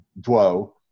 duo